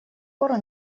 пор